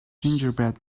gingerbread